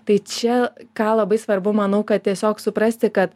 tai čia ką labai svarbu manau kad tiesiog suprasti kad